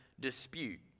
dispute